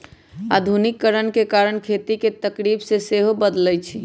आधुनिकीकरण के कारण खेती के तरकिब सेहो बदललइ ह